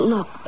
Look